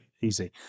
easy